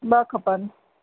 ॿ खपनि